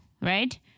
right